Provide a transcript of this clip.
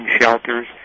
shelters